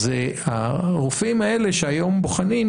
הרופאים האלה שהיום בוחנים,